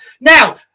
Now